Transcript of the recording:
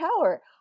power